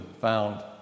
found